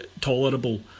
tolerable